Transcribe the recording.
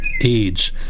AIDS